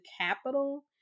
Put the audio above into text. capital